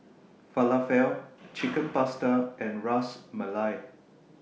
Falafel Chicken Pasta and Ras Malai